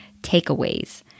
takeaways